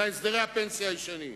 להסדרי הפנסיה הישנים.